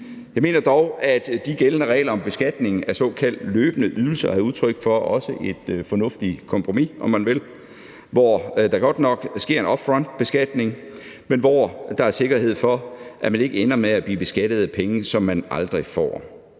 Jeg mener dog, at de gældende regler om beskatningen af de såkaldte løbende ydelser er udtryk for et fornuftigt kompromis, om man vil, hvor der godt nok sker en up front-beskatning, men hvor der er sikkerhed for, at man ikke ender med at blive beskattet af penge, som man aldrig får,